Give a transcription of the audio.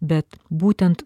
bet būtent